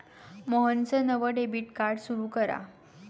मोहनचं नवं debit card सुरू करा